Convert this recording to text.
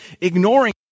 ignoring